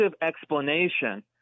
explanation